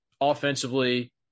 offensively